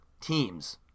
teams